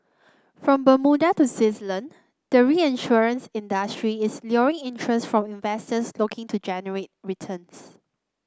from Bermuda to Switzerland the reinsurance industry is luring interest from investors looking to generate returns